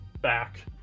back